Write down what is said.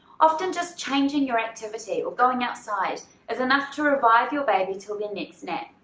often just changing your activity or going outside is enough to revive your baby til their next nap.